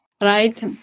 right